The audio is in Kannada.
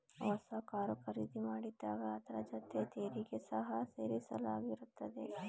ಹೊಸ ಕಾರು ಖರೀದಿ ಮಾಡಿದಾಗ ಅದರ ಜೊತೆ ತೆರಿಗೆ ಸಹ ಸೇರಿಸಲಾಗಿರುತ್ತದೆ